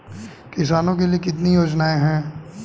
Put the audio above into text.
किसानों के लिए कितनी योजनाएं हैं?